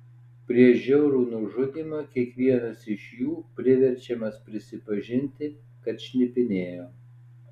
prieš žiaurų nužudymą kiekvienas iš jų priverčiamas prisipažinti kad šnipinėjo